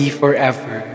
forever